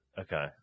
Okay